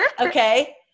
okay